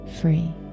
free